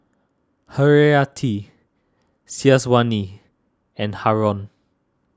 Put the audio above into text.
Haryati Syazwani and Haron